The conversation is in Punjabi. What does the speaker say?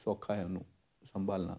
ਸੌਖਾ ਹੈ ਉਹ ਨੂੰ ਸੰਭਾਲਣਾ